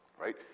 Right